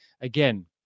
again